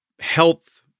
health